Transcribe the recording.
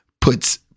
puts